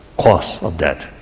cause of that?